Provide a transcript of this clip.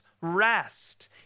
rest